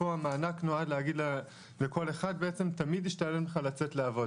פה המענק נועד להגיד לכל אחד בעצם 'תמיד ישתלם לך לצאת לעבוד.